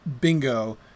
Bingo